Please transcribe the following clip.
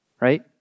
right